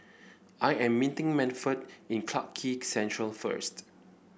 I am meeting Manford in Clarke Quay Central first